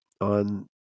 on